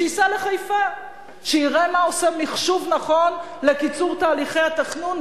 שייסע לחיפה ויראה מה עושה מחשוב נכון לקיצור תהליכי התכנון,